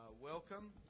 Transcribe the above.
Welcome